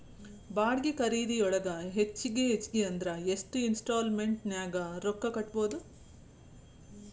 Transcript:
ಬಾಡ್ಗಿ ಖರಿದಿಯೊಳಗ ಹೆಚ್ಗಿ ಹೆಚ್ಗಿ ಅಂದ್ರ ಯೆಷ್ಟ್ ಇನ್ಸ್ಟಾಲ್ಮೆನ್ಟ್ ನ್ಯಾಗ್ ರೊಕ್ಕಾ ಕಟ್ಬೊದು?